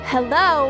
Hello